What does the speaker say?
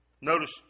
Notice